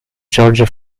giorgio